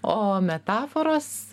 o metaforos